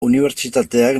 unibertsitateak